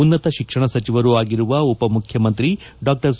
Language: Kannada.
ಉನ್ನತ ಶಿಕ್ಷಣ ಸಚಿವರು ಆಗಿರುವ ಉಪಮುಖ್ಯಮಂತ್ರಿ ಡಾ ಸಿ